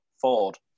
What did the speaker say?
Ford